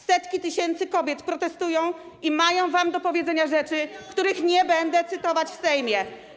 Setki tysięcy kobiet protestują i mają wam do powiedzenia rzeczy, których nie będę cytować w Sejmie.